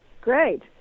great